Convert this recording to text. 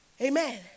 Amen